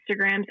Instagram's